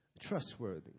trustworthy